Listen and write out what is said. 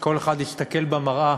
שכל אחד יסתכל במראה